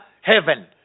heaven